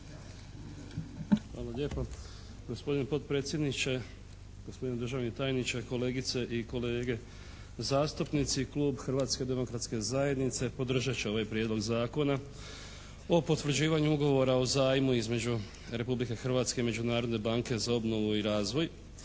Hvala lijepo. Gospodine potpredsjedniče. Gospodine državni tajniče. Kolegice i kolege. Zastupnici i klub Hrvatske demokratske zajednice podržat će ovaj prijedlog Zakona o potvrđivanju ugovora o zajmu između Republike Hrvatske i Međunarodne banke za obnovu i razvoj